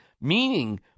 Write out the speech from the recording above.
Meaning